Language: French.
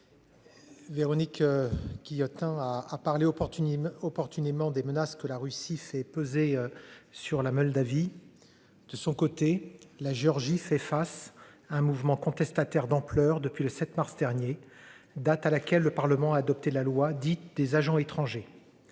parler opportunisme opportunément des menaces que la Russie. Fait peser sur la Moldavie. De son côté la Géorgie fait face à un mouvement contestataire d'ampleur depuis le 7 mars dernier, date à laquelle le Parlement a adopté la loi dite des agents étrangers.